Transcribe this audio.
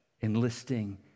enlisting